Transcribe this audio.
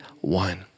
One